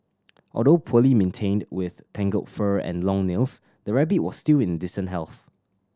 although poorly maintained with tangled fur and long nails the rabbit was still in decent health